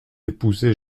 épouser